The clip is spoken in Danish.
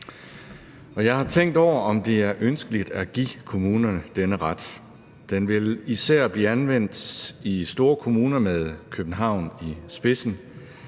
Jeg har tænkt over, om det er ønskeligt at give kommunerne denne ret. Den vil især blive anvendt i store kommuner med København i spidsen.